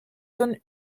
zones